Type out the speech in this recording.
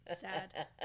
Sad